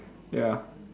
ya